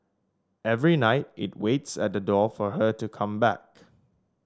every night it waits at the door for her to come back